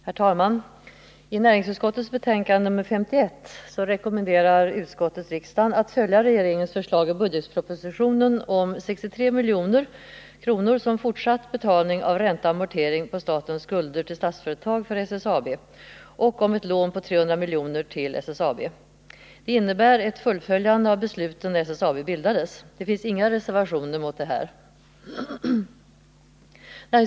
Herr talman! Som framgår av näringsutskottets betänkande nr 51 rekommenderar utskottet riksdagen att följa regeringens förslag i budgetpropositionen att 63 milj.kr. skall beviljas för fortsatt betalning av SSAB:s räntor och amorteringar på statens skulder till Statsföretag AB samt att SSAB skall beviljas ett lån på 300 milj.kr. Det skulle innebära att man fullföljde de beslut som fattades i samband med bildandet av SSAB. Inga reservationer har avlämnats i detta avseende.